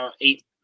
eight